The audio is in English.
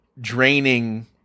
draining